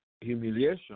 humiliation